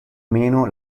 meno